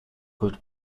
could